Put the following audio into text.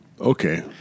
Okay